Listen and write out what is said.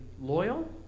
loyal